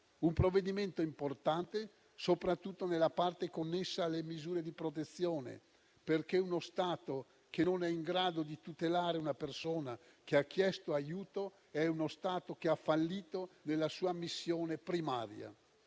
un provvedimento importante soprattutto nella parte connessa alle misure di protezione, perché uno Stato, che non è in grado di tutelare una persona che ha chiesto aiuto, è uno Stato che ha fallito nella sua missione primaria.